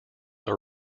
are